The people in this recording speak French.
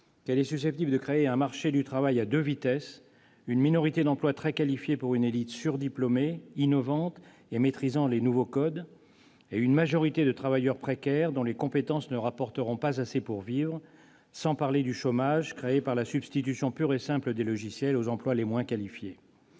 qu'elle est susceptible de créer un marché du travail à deux vitesses : une minorité d'emplois très qualifiés pour une élite surdiplômée, innovante et maîtrisant les nouveaux codes et une majorité de travailleurs précaires dont les compétences ne rapporteront pas assez pour vivre, sans parler du chômage créé par la substitution pure et simple des logiciels aux emplois les moins qualifiés.